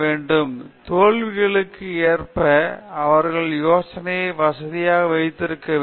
பேராசிரியர் பிரதாப் ஹரிதாஸ் தோல்விகளுக்கு ஏற்ப அவர்கள் யோசனையை வசதியாக வைத்திருக்க வேண்டும்